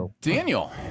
Daniel